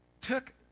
took